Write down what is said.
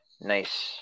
nice